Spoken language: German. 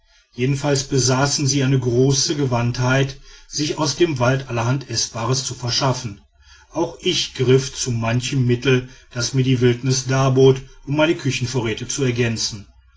jedenfalls besaßen sie eine große gewandtheit sich aus dem wald allerhand eßbares zu verschaffen auch ich griff zu manchem mittel das mir die wildnis darbot um meine küchenvorräte zu ergänzen